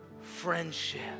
friendship